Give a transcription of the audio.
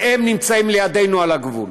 והם נמצאים לידינו על הגבול.